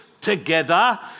together